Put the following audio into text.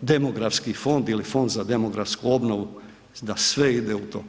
demografski fond ili fond za demografsku obnovu, da sve ide u to.